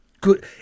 Good